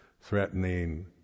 threatening